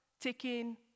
taking